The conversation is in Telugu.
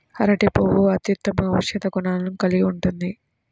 అరటి పువ్వు అత్యుత్తమ ఔషధ గుణాలను కలిగి ఉంటుంది